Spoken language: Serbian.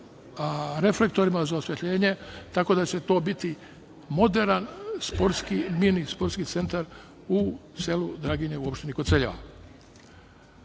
reflektorima za osvetljenje, tako da će to biti moderan mini sportski centar u selu Drginje u opštini Koceljeva. Ima